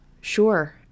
sure